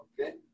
Okay